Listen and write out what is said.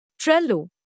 Trello